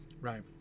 right